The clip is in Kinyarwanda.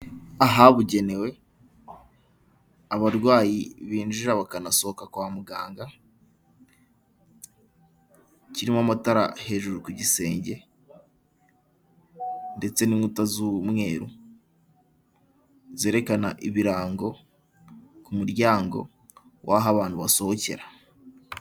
Ahabugenewe abarwayi binjira bakanasohoka kwa muganga, kirimo amatara hejuru ku gisenge ndetse n'inkuta z'umweru zerekana ibirango ku muryango w'aho abantu basohokera.